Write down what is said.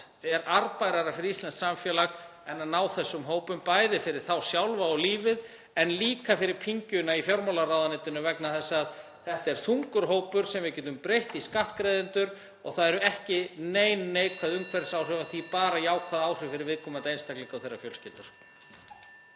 er arðbærara fyrir íslenskt samfélag en að ná þessum hópum, bæði fyrir þá sjálfa og lífið en líka fyrir pyngjuna í fjármálaráðuneytinu. Þetta er þungur hópur sem við getum breytt í skattgreiðendur og það eru ekki nein neikvæð umhverfisáhrif af því, bara jákvæð áhrif fyrir viðkomandi einstaklinga og þeirra fjölskyldur.